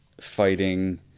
fighting